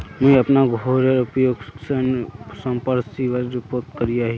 मुई अपना घोरेर उपयोग ऋण संपार्श्विकेर रुपोत करिया ही